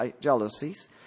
jealousies